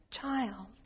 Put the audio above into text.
Child